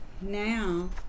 now